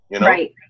Right